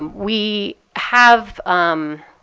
we have a